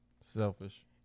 Selfish